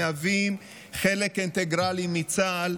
מהווים חלק אינטגרלי מצה"ל,